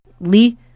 Lee